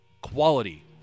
quality